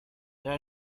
there